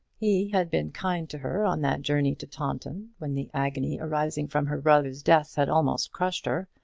he had been kind to her on that journey to taunton, when the agony arising from her brother's death had almost crushed her.